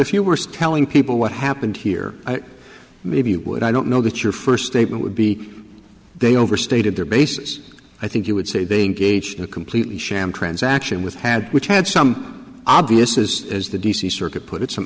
if you were telling people what happened here maybe you would i don't know that your first statement would be they overstated their bases i think you would say they engaged in a completely sham transaction with had which had some obvious is as the d c circuit put it